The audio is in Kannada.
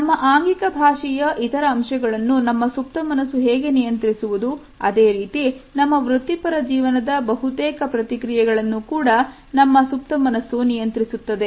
ನಮ್ಮ ಆಂಗಿಕ ಭಾಷೆಯ ಇತರ ಅಂಶಗಳನ್ನು ನಾವು ಸುಪ್ತ ಮನಸ್ಸು ಹೇಗೆ ನಿಯಂತ್ರಿಸುವುದು ಅದೇ ರೀತಿ ನಮ್ಮ ವೃತ್ತಿಪರ ಜೀವನದ ಬಹುತೇಕ ಪ್ರತಿಕ್ರಿಯೆಗಳನ್ನು ಕೂಡ ನಮ್ಮ ಸುಪ್ತ ಮನಸ್ಸು ನಿಯಂತ್ರಿಸುತ್ತದೆ